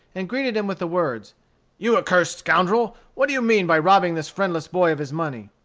and greeted him with the words you accursed scoundrel, what do you mean by robbing this friendless boy of his money?